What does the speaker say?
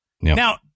now